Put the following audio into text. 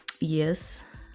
yes